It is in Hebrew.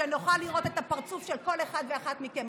כדי שנוכל לראות את הפרצוף של כל אחד ואחד מכם.